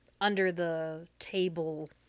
under-the-table